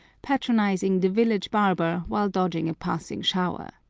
patronizing the village barber while dodging a passing shower.